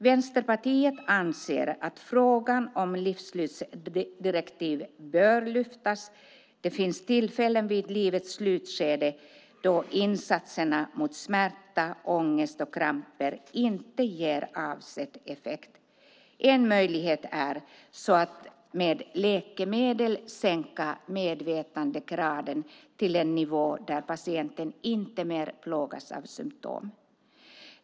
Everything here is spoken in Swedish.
Vänsterpartiet anser att frågan om livsslutsdirektiv bör lyftas. Det finns tillfällen i livets slutskede då insatserna mot smärta, ångest och kramper inte ger avsedd effekt. En möjlighet är att med läkemedel sänka medvetandegraden till en nivå där patienten inte mer plågas av symtomen.